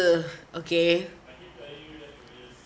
okay